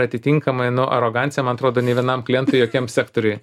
atitinkamai nu arogancija man atrodo nė vienam klientui jokiam sektoriuj